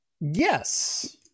yes